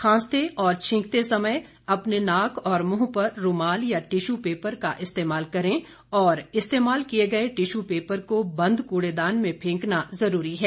खांसते और छींकते समय अपने नाक और मुंह पर रूमाल या टिश्यू पेपर का इस्तेमाल करें और इस्तेमाल किये गये टिश्यू पेपर को बंद कूडेदान में फेंकना जरूरी है